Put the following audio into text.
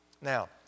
Now